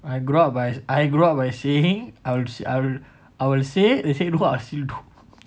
I grew up by I grew up by saying I will say I will I will say they say no I still do